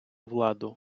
владу